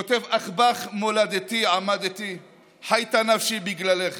הוא כותב: אך בך מולדתי עמדתי / חייתה נפשי בגללך